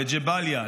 לג'באליה?